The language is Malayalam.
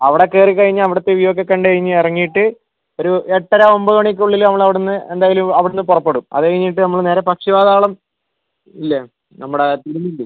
അവിടെ കയറി കയിഞ്ഞാൽ അവിടുത്തെ വ്യൂ ഒക്കെ കണ്ടു കഴിഞ്ഞിറങ്ങിയിട്ട് ഒരു എട്ടര ഒമ്പതു മണിക്കുള്ളിൽ നമ്മൾ അവിടെനിന്ന് എന്തായാലും അവിടെനിന്ന് പുറപ്പെടും അതു കഴിഞ്ഞിട്ട് നമ്മൾ നേരെ പക്ഷി പാതാളം ഇല്ലേ നമ്മുടെ ഫിലിമില്ലേ